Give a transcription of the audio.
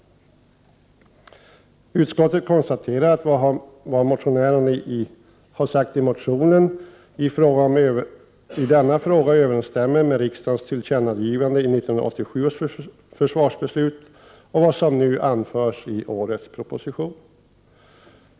Utskottet konstaterar att vad som framförs i motion Fö204 i denna fråga överensstämmer med riksdagens tillkännagivande i 1987 års försvarsbeslut och vad som nu anförs i propositionen.